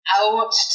out